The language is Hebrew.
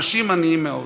אנשים עניים מאוד.